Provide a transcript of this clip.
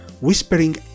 whispering